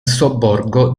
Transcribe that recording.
sobborgo